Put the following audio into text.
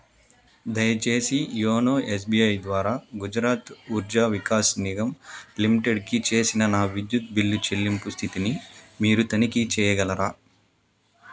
దయచేసి YONO S B I ద్వారా గుజరాత్ ఉర్జా వికాస్ నిగమ్ లిమిటెడ్కి చేసిన నా విద్యుత్ బిల్లు చెల్లింపు స్థితిని మీరు తనిఖీ చేయగలరా